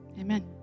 Amen